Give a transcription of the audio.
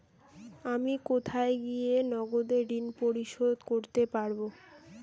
আমি কোথায় গিয়ে নগদে ঋন পরিশোধ করতে পারবো?